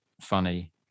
funny